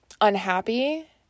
unhappy